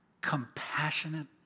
compassionate